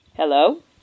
Hello